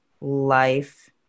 life